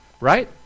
right